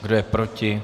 Kdo je proti?